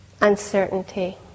uncertainty